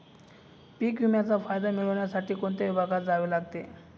पीक विम्याचा फायदा मिळविण्यासाठी कोणत्या विभागात जावे लागते?